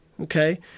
Okay